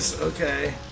Okay